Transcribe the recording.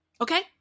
Okay